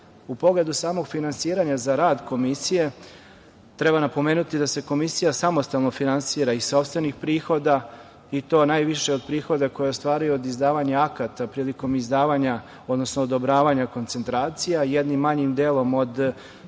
pogledu samog finansiranja za rad Komisije, treba napomenuti da se Komisija samostalno finansira iz sopstvenih prihoda i to najviše od prihoda koje ostvaruje od izdavanja akata prilikom izdavanja, odnosno odobravanja koncentracija, jednim manjim delom od